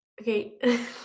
Okay